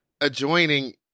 adjoining